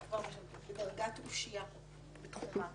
מוריה היא בדרגת אושיה בתחומה.